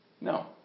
No